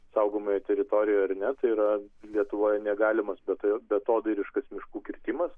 saugomoje teritorijoje ar ne tai yra lietuvoj negalimas beta beatodairiškas miškų kirtimas